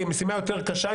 היא משימה יותר קשה,